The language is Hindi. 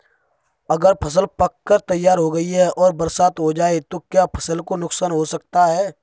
अगर फसल पक कर तैयार हो गई है और बरसात हो जाए तो क्या फसल को नुकसान हो सकता है?